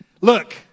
Look